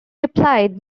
replied